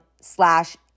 slash